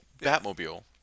Batmobile